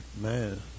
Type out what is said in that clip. Man